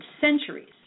centuries